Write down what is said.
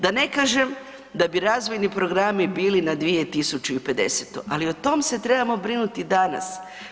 Da ne kažem da bi razvojni programi bili na 2050., ali o tom se trebamo brinuti danas.